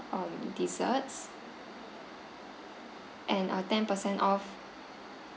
um desserts and a ten percent off